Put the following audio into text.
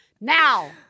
Now